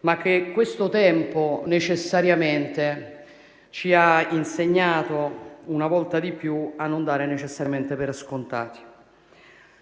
ma che questo tempo necessariamente ci ha insegnato, una volta di più, a non dare necessariamente per scontati.